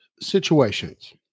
situations